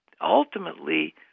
ultimately